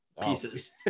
pieces